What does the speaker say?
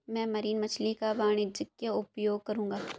मैं मरीन मछली का वाणिज्यिक उपयोग करूंगा